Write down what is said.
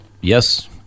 yes